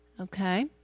Okay